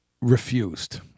refused